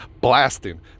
blasting